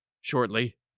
shortly